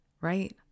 right